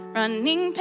running